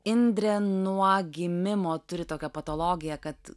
indrė nuo gimimo turi tokią patologiją kad